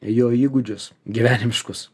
jo įgūdžius gyvenimiškus